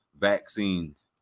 vaccines